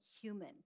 human